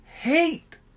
hate